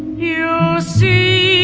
you see